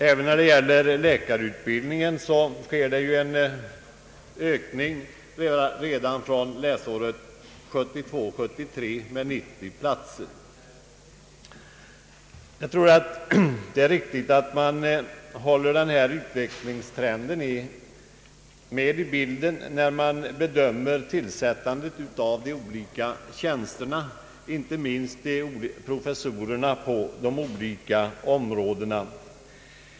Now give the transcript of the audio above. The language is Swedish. Även när det gäller läkarutbildningen sker en ökning redan från och med läsåret 1972/73 med 90 platser. Det är viktigt att man håller denna utvecklingstrend i minnet när man bedömer tillsättandet av de olika tjänsterna, inte minst professorstjänsterna på olika områden.